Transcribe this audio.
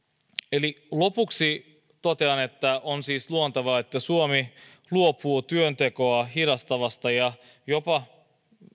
lopuksi totean että on siis luontevaa että suomi luopuu työntekoa hidastavasta ja jopa